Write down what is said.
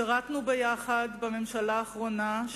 שירתנו יחד בממשלה האחרונה.